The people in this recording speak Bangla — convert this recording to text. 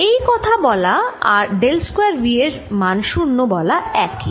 এই কথা বলা আর ডেল স্কয়ার V এর মান 0 বলা একই